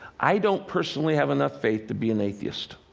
i don't personally have enough faith to be an atheist.